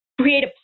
create